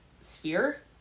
Sphere